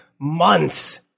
months